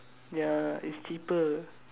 ya it's cheaper